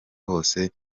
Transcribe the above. bose